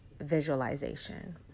visualization